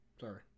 Sorry